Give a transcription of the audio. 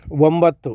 ಒಂಬತ್ತು